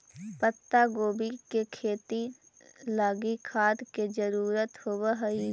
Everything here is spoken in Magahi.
पत्तागोभी के खेती लागी खाद के जरूरत होब हई